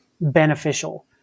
beneficial